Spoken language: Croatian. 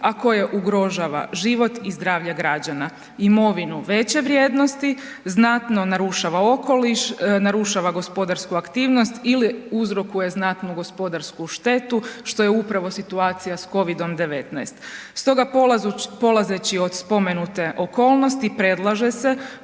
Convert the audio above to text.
a koje ugrožava život i zdravlje građana, imovinu veće vrijednosti, znatno narušava okoliš, narušava gospodarsku aktivnost ili uzrokuje znatnu gospodarsku štetu, što je upravo situacija s COVID-19. Stoga polazeći od spomenute okolnosti predlaže se